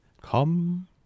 Come